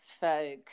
folk